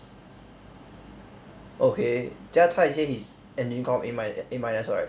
okay jia tai say he engine comm A mi~ A minus right